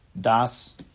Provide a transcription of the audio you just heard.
das